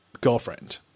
girlfriend